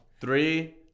Three